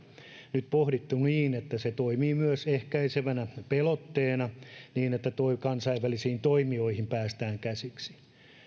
nyt pohdittu niin että se toimii myös ehkäisevänä pelotteena niin että kansainvälisiin toimijoihin päästään käsiksi